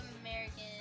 American